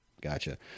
gotcha